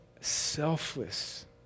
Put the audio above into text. selfless